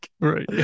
right